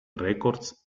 records